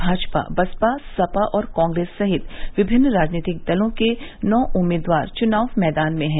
भाजपा बसपा सपा और कांग्रेस सहित विभिन्न राजनीतिक दलों के नौ उम्मीदवार च्नाव मैदान में हैं